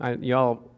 Y'all